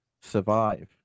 survive